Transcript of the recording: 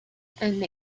and